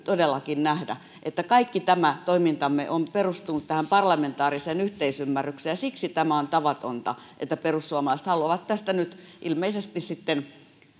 todellakin nähdä että kaikki tämä toimintamme on perustunut tähän parlamentaariseen yhteisymmärrykseen ja siksi tämä on tavatonta että perussuomalaiset haluavat tästä nyt ilmeisesti sitten